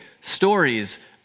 stories